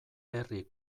herri